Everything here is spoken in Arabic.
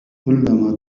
كلما